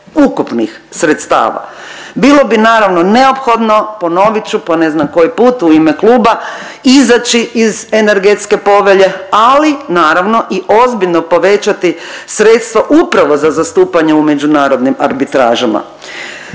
ukupnih sredstava. Bilo bi naravno neophodno ponovit ću po ne znam koji put u ime kluba izaći iz energetske povelje, ali naravno i ozbiljno povećati sredstva upravo za zastupanje u međunarodnim arbitražama.